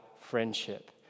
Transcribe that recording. friendship